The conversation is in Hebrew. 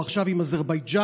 או עכשיו עם אזרבייג'ן,